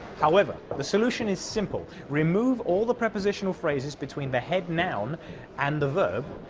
however, the solution is simple! remove all the prepositional phrases between the head noun and the verb!